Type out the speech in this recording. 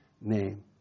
name